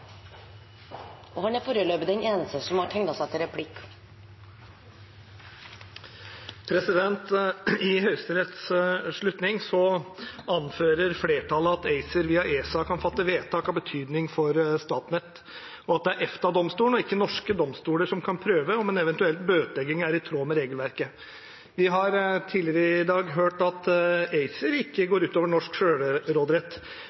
I Høyesteretts slutning anfører flertallet at ACER via ESA kan fatte vedtak av betydning for Statnett, og at det er EFTA-domstolen og ikke norske domstoler som kan prøve om en eventuell bøtelegging er i tråd med regelverket. Vi har tidligere i dag hørt at ACER ikke